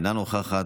אינה נוכחת,